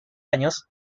años